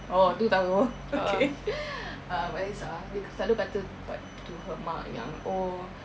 oh tu tahu okay um elisa dia selalu kata but to her ma yang oh